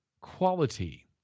quality